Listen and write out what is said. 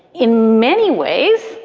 in many ways,